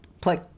Play